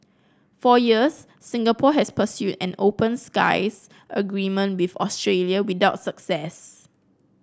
for years Singapore has pursued an open skies agreement with Australia without success